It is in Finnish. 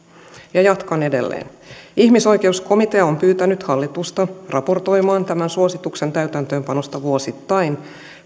jatkan edelleen ihmisoikeuskomitea on pyytänyt hallitusta raportoimaan tämän suosituksen täytäntöönpanosta vuosittain